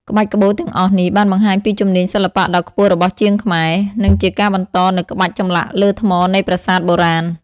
ក្បាច់ក្បូរទាំងអស់នេះ បានបង្ហាញពីជំនាញសិល្បៈដ៏ខ្ពស់របស់ជាងខ្មែរ និងជាការបន្តនូវក្បាច់ចម្លាក់លើថ្មនៃប្រាសាទបុរាណ។